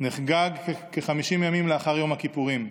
נחגג כ-50 ימים לאחר יום הכיפורים,